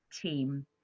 team